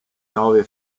nove